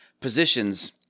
positions